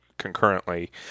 concurrently